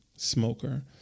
Smoker